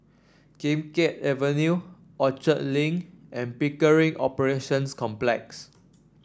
Kim Keat Avenue Orchard Link and Pickering Operations Complex